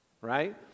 right